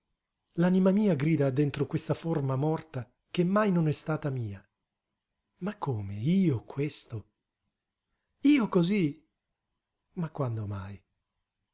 l'anima mia grida dentro questa forma morta che mai non è stata mia ma come io questo io cosí ma quando mai